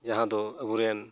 ᱡᱟᱦᱟᱸᱫᱚ ᱟᱵᱳᱨᱮᱱ